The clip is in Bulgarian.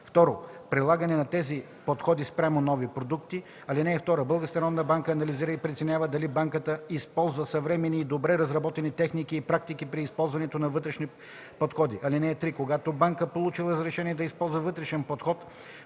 и 2. прилагането на тези подходи спрямо нови продукти. (2) Българската народна банка анализира и преценява дали банката използва съвременни и добре разработени техники и практики при използването на вътрешни подходи. (3) Когато банка, получила разрешение да използва вътрешен подход,